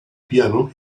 piano